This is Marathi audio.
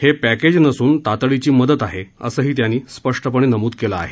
हे पॅकेज नसून तातडीची मदत आहे असही त्यांनी स्पष्टपणे नमूद केलं आहे